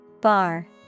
Bar